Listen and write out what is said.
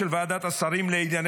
ושלום,